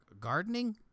gardening